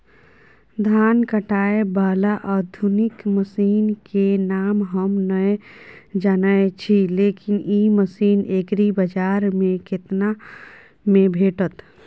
धान काटय बाला आधुनिक मसीन के नाम हम नय जानय छी, लेकिन इ मसीन एग्रीबाजार में केतना में भेटत?